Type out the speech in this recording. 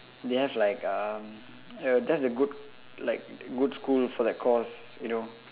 they have like um ya that's a good like good school for that course you know